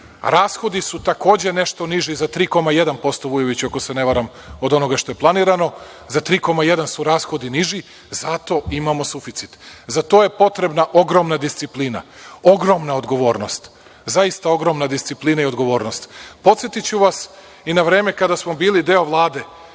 Rashodi su takođe nešto niži za 3,1%, Vujoviću, ako se ne varam, od onoga što je planirano. Za 3,1% su rashodi niži. Zato imamo suficit. Za to je potrebna ogromna disciplina, ogromna odgovornost, zaista ogromna disciplina i odgovornost. Podsetiću vas i na vreme kada smo bili deo Vlade